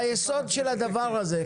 היסוד של הדבר הזה,